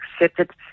accepted